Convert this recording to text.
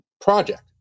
project